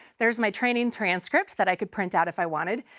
there's my training transcript that i could print out if i wanted.